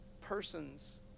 persons